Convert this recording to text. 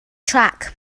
track